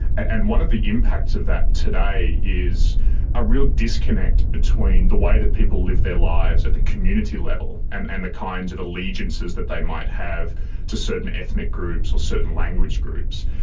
and one of the impacts of that today is a real disconnect between the way that people live their lives at the community level and and the kinds of allegiances that they might have to certain ethnic groups or certain language groups,